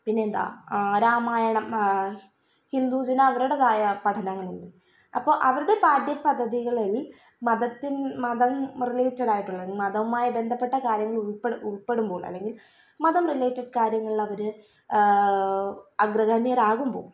പിന്നെന്താണ് രാമായണം ഹിന്ദൂസിന് അവരുടേതായ പഠനങ്ങളുണ്ട് അപ്പോൾ അവരുടെ പാഠ്യ പദ്ധതികളിൽ മതത്തിൻ മതം റിലേറ്റഡായിട്ടുള്ള മതമായി ബന്ധപ്പെട്ട കാര്യങ്ങൾ ഉൾപ്പെടെ ഉൾപ്പെടുമ്പോൾ അല്ലങ്കിൽ മതം റിലേറ്റഡ് കാര്യങ്ങളിലവര് അഗ്രഗണ്യരാകുമ്പോൾ